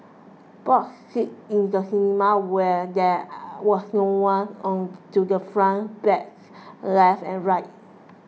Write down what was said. bought seats in the cinema where there was no one on to the front back left and right